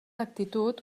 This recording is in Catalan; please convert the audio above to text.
actitud